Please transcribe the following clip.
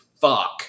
fuck